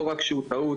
לא רק שהוא טעות,